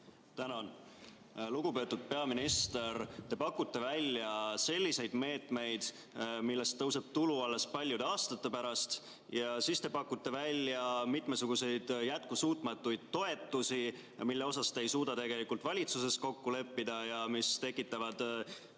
Tänan! Lugupeetud peaminister! Te pakute välja selliseid meetmeid, millest tõuseb tulu alles paljude aastate pärast, ja siis te pakute välja mitmesuguseid jätkusuutmatuid toetusi, milles te ei suuda tegelikult valitsuses kokku leppida ja mis tekitavad